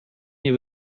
nie